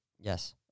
Yes